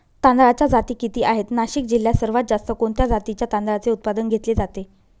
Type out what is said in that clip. तांदळाच्या जाती किती आहेत, नाशिक जिल्ह्यात सर्वात जास्त कोणत्या जातीच्या तांदळाचे उत्पादन घेतले जाते?